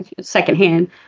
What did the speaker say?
secondhand